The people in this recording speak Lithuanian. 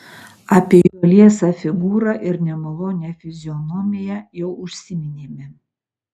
apie jo liesą figūrą ir nemalonią fizionomiją jau užsiminėme